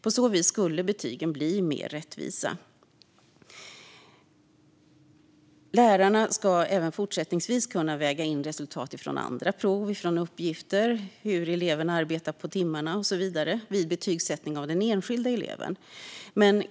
På så vis skulle betygen bli mer rättvisa. Lärarna ska även fortsättningsvis kunna väga in resultat från andra prov, uppgifter, hur eleven arbetar på timmarna och så vidare vid betygsättning av den enskilda eleven.